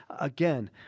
again